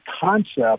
concept